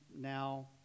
now